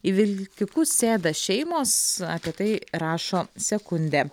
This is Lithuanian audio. į vilkikus sėda šeimos apie tai rašo sekundė